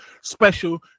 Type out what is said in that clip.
special